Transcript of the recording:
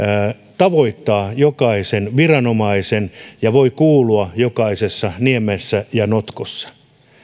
tavoittaa jokaisen viranomaisen ja voi kuulua jokaisessa niemessä ja notkossa